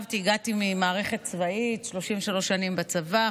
הגעתי ממערכת צבאית 33 שנים בצבא,